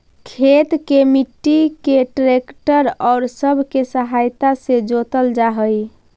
खेत के मट्टी के ट्रैक्टर औउर सब के सहायता से जोतल जा हई